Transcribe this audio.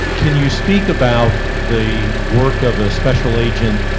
can you speak about the work of a special agent